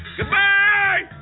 Goodbye